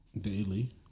daily